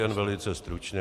Jen velice stručně.